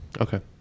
Okay